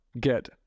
get